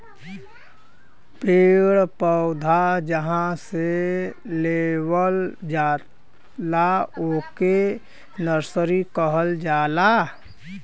पेड़ पौधा जहां से लेवल जाला ओके नर्सरी कहल जाला